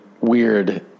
weird